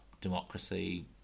democracy